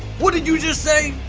what did you just say?